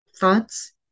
thoughts